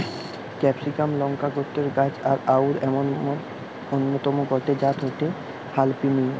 ক্যাপসিমাক লংকা গোত্রের গাছ আর অউর অন্যতম গটে জাত হয়ঠে হালাপিনিও